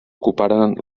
ocuparen